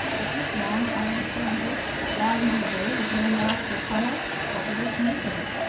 but this long, iron cylinder lying in the bay, with no masts or funnels what were they to make of it?